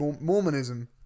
Mormonism